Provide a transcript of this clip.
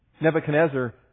Nebuchadnezzar